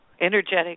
energetic